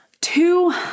two